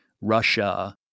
Russia